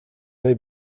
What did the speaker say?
may